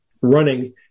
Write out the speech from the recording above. running